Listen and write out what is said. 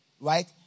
right